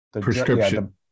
prescription